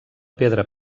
pedra